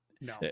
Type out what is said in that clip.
No